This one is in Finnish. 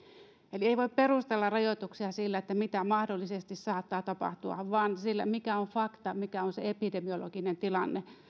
ei voi perustella rajoituksia sillä mitä mahdollisesti saattaa tapahtua vaan sillä mikä on fakta mikä on se epidemiologinen tilanne